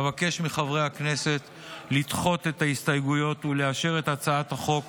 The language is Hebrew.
אבקש מחברי הכנסת לדחות את ההסתייגויות ולאשר את הצעת החוק